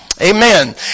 Amen